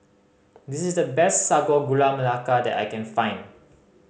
this is the best Sago Gula Melaka that I can find